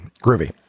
Groovy